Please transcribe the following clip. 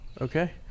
Okay